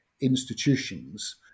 institutions